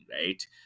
right